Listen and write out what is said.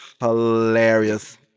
hilarious